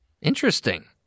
Interesting